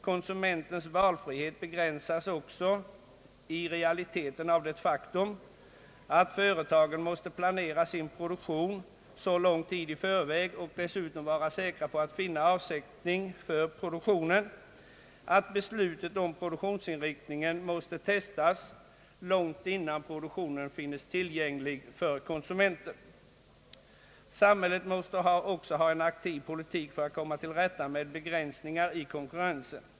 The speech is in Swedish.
Konsumentens valfrihet begränsas också i realiteten av det faktum att företagen måste planera sin produktion så lång tid i förväg och dessutom vara säkra på att finna avsättning för produktionen att beslutet om produktionsinriktningen måste testas långt innan produkten finns tillgänglig för konsumenten. Samhället måste också föra en aktiv politik för att komma till rätta med begränsningar i konkurrensen.